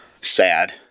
sad